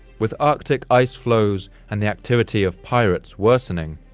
with arctic ice floes and the activity of pirates worsening,